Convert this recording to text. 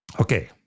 Okay